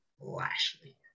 Lashley